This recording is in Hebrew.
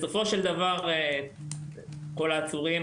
זה כולל אסירים ועצורים,